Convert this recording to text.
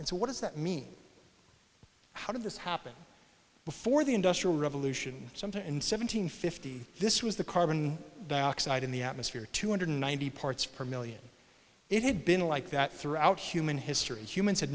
it so what does that mean how did this happen before the industrial revolution some time in seven hundred fifty this was the carbon dioxide in the atmosphere two hundred ninety parts per million it had been like that throughout human history humans had